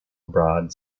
abroad